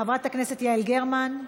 חברת הכנסת יעל גרמן.